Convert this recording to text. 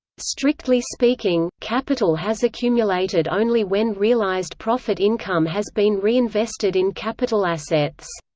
strictly speaking, capital has accumulated only when realised profit income has been reinvested in capital assets.